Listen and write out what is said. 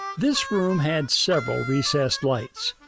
this room had several recessed lights.